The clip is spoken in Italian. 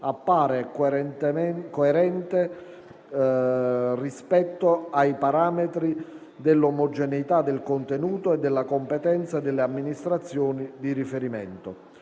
appare coerente rispetto ai parametri dell'omogeneità del contenuto e della competenza delle amministrazioni di riferimento.